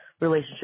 relationship